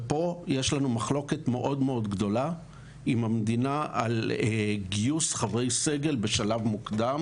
פה יש לנו מחלוקת גדולה מאוד עם המדינה על גיוס חברי סגל בשלב מוקדם